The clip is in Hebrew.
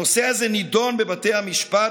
הנושא הזה נדון בבתי המשפט,